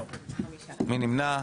מי נמנע?